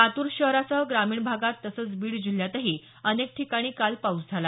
लातूर शहरासह ग्रामीण भागात तसंच बीड जिल्ह्यातही अनेक ठिकाणी काल पाऊस झाला